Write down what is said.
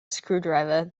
screwdriver